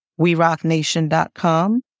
werocknation.com